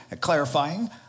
clarifying